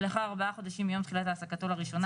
או לאחר ארבעה חודשים מיום תחילת העסקתו לראשונה